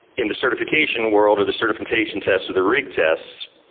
in the certification world or the certification test or the rig test,